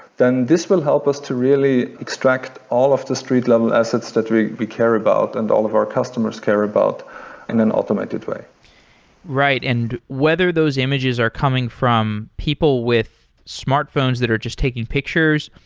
then this will help us to really extract all of the street-level assets that we we care about and all of our customers care about in an automated way right. and whether those images are coming from people with smartphones that are just taking pictures,